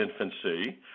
infancy